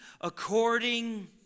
according